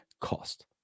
cost